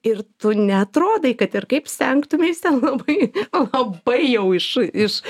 ir tu neatrodai kad ir kaip stengtumeis ten labai labai jau iš iš